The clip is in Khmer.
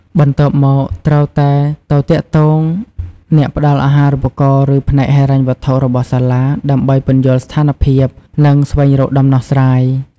បន្ទាប់មក ត្រូវតែទៅទាក់ទងអ្នកផ្តល់អាហារូបករណ៍ ឬផ្នែកហិរញ្ញវត្ថុរបស់សាលា ដើម្បីពន្យល់ស្ថានភាព និងស្វែងរកដំណោះស្រាយ។